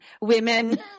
women